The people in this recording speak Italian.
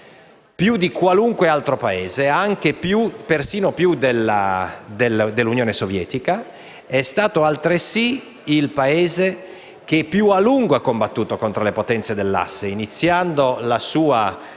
più di qualsiasi altro Paese, persino più dell'Unione sovietica. È stato, altresì, il Paese che più a lungo ha combattuto contro le potenze dell'asse iniziando il suo